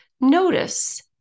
Notice